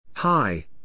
Hi